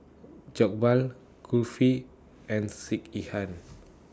Jokbal Kulfi and Sekihan